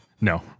No